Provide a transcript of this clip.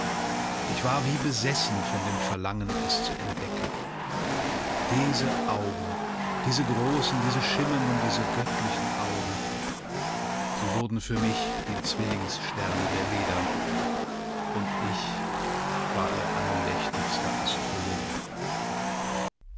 ich war wie besessen von dem verlangen es zu entdecken diese augen diese großen diese schimmernden diese göttlichen augen sie wurden für mich die zwillingssterne der leda und ich war ihr andächtigster astrologe